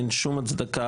אין שום הצדקה.